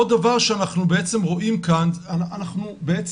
עוד דבר שאנחנו בעצם רואים כאן, בעצם,